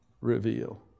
Reveal